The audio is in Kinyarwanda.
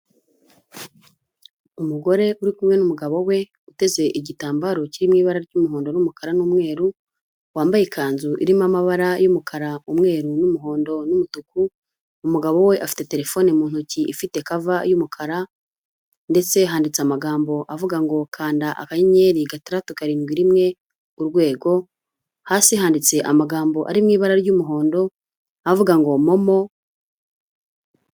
Umugore uri kumwe n'umugabo we, uteze igitambaro kiri mu ibara ry'umuhondo n'umukara n'umweru, wambaye ikanzu irimo amabara y'umukara, umweru n'umuhondo n'umutuku, umugabo we afite telefone mu ntoki ifite kava y'umukara ndetse handitse amagambo avuga ngo, kanda akanyenyeri gatandatu karindwi rimwe urwego, hasi handitse amagambo ari mu ibara ry'umuhondo avuga ngo momo.